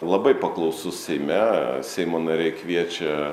labai paklausus seime seimo nariai kviečia